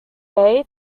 bay